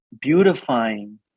beautifying